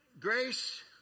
grace